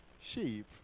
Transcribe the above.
sheep